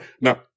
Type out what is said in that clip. Now